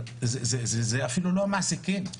זה אפילו לא מעסיקים,